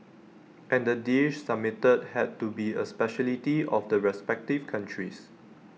and the dish submitted had to be A speciality of the respective countries